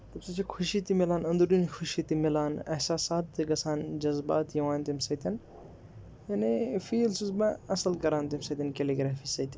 تَمہِ سۭتۍ چھِ خوشی تہِ میلان انٛدروٗنۍ ہُشی تہِ میلان احساسات تہِ گژھان جزبات یِوان تَمہِ سۭتۍ یعنی فیٖل چھُس بہٕ اَصٕل کران تَمہِ سۭتۍ کیلیٖگرٛافی سۭتۍ